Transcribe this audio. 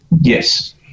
Yes